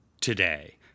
today